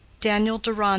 daniel deronda,